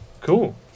Cool